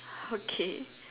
okay